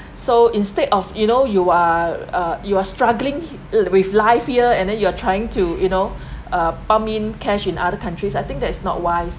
so instead of you know you are uh you are struggling with life here and then you are trying to you know uh pump in cash in other countries I think that is not wise